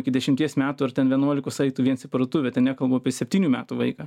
iki dešimties metų ar ten vienuolikos aitų viens į parduotuvę ten nekalbu apie septynių metų vaiką